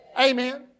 Amen